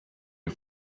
you